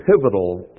pivotal